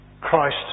Christ